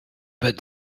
but